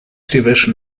division